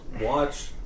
watch